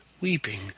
weeping